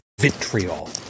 vitriol